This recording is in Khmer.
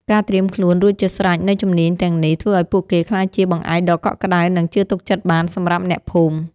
ការត្រៀមខ្លួនរួចជាស្រេចនូវជំនាញទាំងនេះ ធ្វើឱ្យពួកគេក្លាយជាបង្អែកដ៏កក់ក្ដៅ និងជឿទុកចិត្តបានសម្រាប់អ្នកភូមិ។